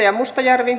arvoisa puhemies